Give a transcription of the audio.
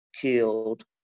killed